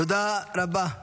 תודה רבה.